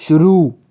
शुरू